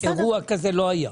אירוע כזה לא היה.